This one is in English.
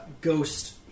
Ghost